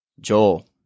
Joel